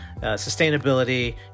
sustainability